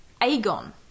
Aegon